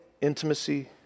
intimacy